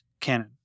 Canon